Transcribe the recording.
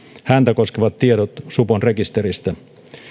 häntä koskevat tiedot supon rekisteristä